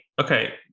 Okay